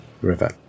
river